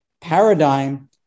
paradigm